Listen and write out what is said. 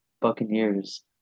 Buccaneers